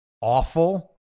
awful